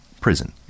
prison